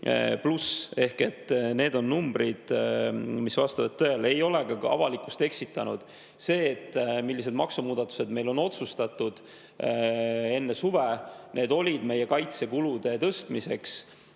pluss. Need on numbrid, mis vastavad tõele. Ma ei ole avalikkust eksitanud. See, miks sellised maksumuudatused said otsustatud enne suve – need olid meie kaitsekulude tõstmiseks.